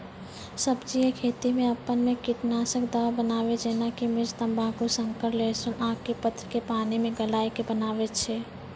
सब्जी के खेती मे अपन से कीटनासक दवा बनाबे जेना कि मिर्च तम्बाकू शक्कर लहसुन आक के पत्र के पानी मे गलाय के बनाबै छै?